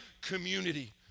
community